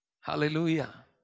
Hallelujah